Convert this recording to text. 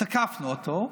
תקפנו אותו,